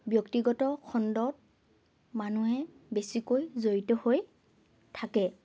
ব্যক্তিগত খণ্ডত মানুহে বেছিকৈ জড়িত হৈ থাকে